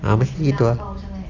ah macam gitu ah